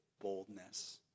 boldness